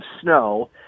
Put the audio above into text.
snow